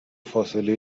فاصله